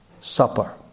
Supper